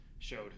showed